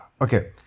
Okay